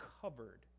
covered